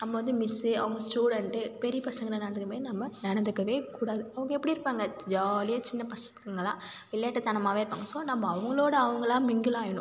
நம்ம வந்து மிஸ் அவங்க ஸ்டூடண்ட் பெரிய பசங்களை நடந்துக்கிற மாதிரி நம்ம நடந்துக்கவே கூடாது அவங்க எப்படி இருப்பாங்க ஜாலியாக சின்ன பசங்க தான் விளையாட்டுத்தனமாகவே இருப்பாங்க ஸோ நம்ப அவங்களோட அவங்களா மிங்கில் ஆகிடணும்